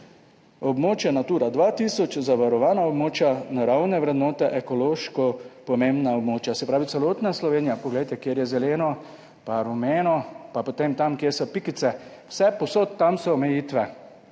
območju Natura 2000 zavarovana območja, naravne vrednote, ekološko pomembna območja. Se pravi celotna Slovenija, poglejte, kjer je zeleno pa rumeno, pa potem tam, kjer so pikice, vsepovsod, tam so omejitve.